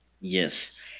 Yes